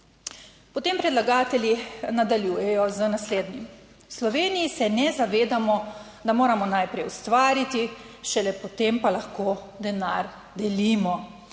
Potem predlagatelji nadaljujejo z naslednjim: "V Sloveniji se ne zavedamo, da moramo najprej ustvariti, šele potem pa lahko denar delimo.